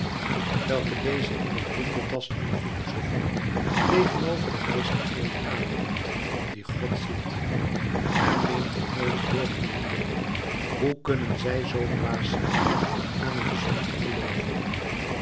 welke deze in t blinde tastende filosofie tegenover de wijsbegeerte aanneemt die god ziet men meent een mol te hooren roepen hoe kunnen zij zoo dwaas zijn aan een zon te gelooven